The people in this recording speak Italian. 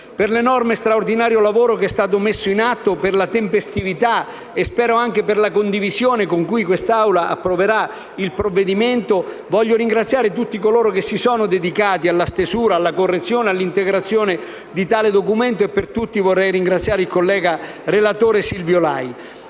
Per l'enorme e straordinario lavoro che è stato messo in atto, per la tempestività e spero anche per la condivisione con cui quest'Aula approverà il provvedimento, voglio ringraziare tutti coloro che si sono dedicati alla stesura, alla correzione e all'integrazione di tale documento e, per tutti, il collega relatore Silvio Lai.